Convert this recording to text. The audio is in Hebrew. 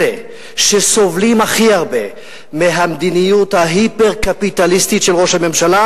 אלה שסובלים הכי הרבה מהמדיניות ההיפר-קפיטליסטית של ראש הממשלה,